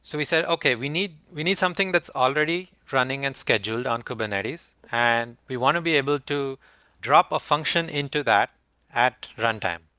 so we said, okay, we need we need something that's already running and scheduled on kubernetes and we want to be able to drop a function into that at runtime.